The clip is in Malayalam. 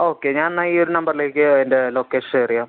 ഓക്കെ ഞാനെന്നാൽ ഈയൊരു നമ്പറിലേക്ക് എൻ്റെ ലൊക്കേഷൻ ഷെയർ ചെയ്യാം